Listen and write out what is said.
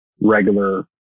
regular